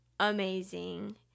amazing